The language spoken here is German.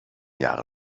jahre